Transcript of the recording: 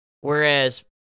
Whereas